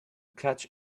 catch